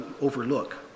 overlook